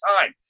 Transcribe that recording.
time